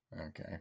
Okay